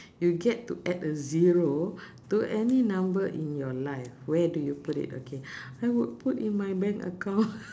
you get to add a zero to any number in your life where do you put it okay I would put in my bank account